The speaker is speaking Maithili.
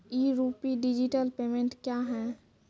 ई रूपी डिजिटल पेमेंट क्या हैं?